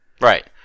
Right